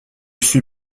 suis